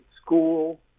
school